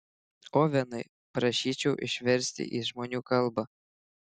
ovenai prašyčiau išversti į žmonių kalbą